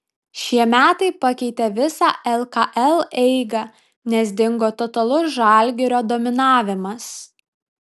šie metai pakeitė visą lkl eigą nes dingo totalus žalgirio dominavimas